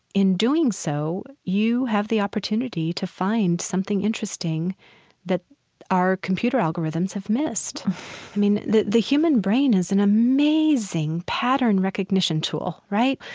in doing so, you have the opportunity to find something interesting that our computer algorithms have missed i mean, the the human brain is an amazing pattern-recognition tool, right?